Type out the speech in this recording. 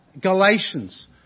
Galatians